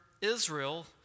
Israel